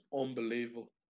unbelievable